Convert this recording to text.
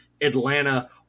atlanta